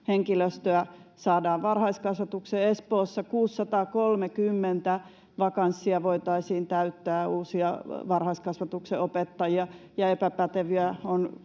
henkilöstöä saadaan varhaiskasvatukseen. Espoossa 630 vakanssia voitaisiin täyttää uusia varhaiskasvatuksen opettajia, ja epäpäteviä on